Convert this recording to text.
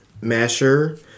Masher